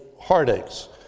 heartaches